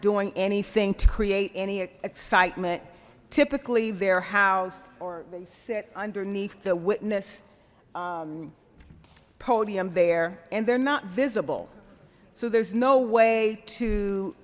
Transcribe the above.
doing anything to create any excitement typically their house or they sit underneath the witness podium there and they're not visible so there's no way to